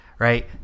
Right